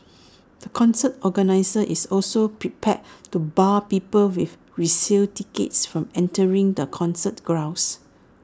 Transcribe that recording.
the concert organiser is also prepared to bar people with resale tickets from entering the concert grounds